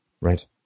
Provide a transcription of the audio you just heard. Right